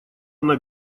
она